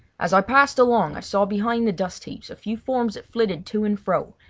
as i passed along i saw behind the dust heaps a few forms that flitted to and fro,